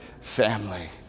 family